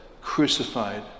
crucified